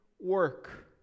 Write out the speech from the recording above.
work